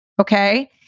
okay